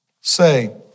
say